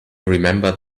remembered